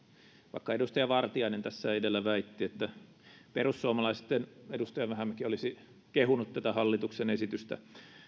vaikka edustaja vartiainen tässä edellä väitti että perussuomalaisten edustaja vähämäki olisi kehunut tätä hallituksen esitystä